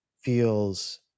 feels